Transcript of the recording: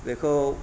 बेखौ